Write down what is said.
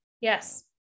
Yes